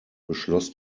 beschloss